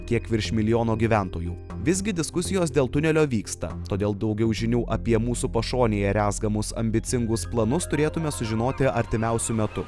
tiek virš milijono gyventojų visgi diskusijos dėl tunelio vyksta todėl daugiau žinių apie mūsų pašonėje rezgamus ambicingus planus turėtume sužinoti artimiausiu metu